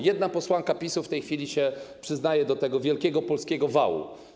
Jedna posłanka PiS-u w tej chwili przyznaje się do tego wielkiego polskiego wału.